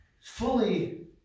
fully